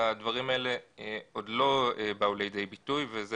הדברים האלה עדיין לא באו לידי ביטוי ואני